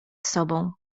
sobą